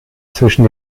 zwischen